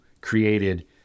created